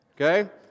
okay